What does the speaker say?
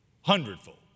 hundredfold